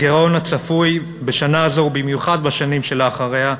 הגירעון הצפוי בשנה זו, ובמיוחד בשנים שלאחריה,